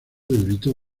debilitó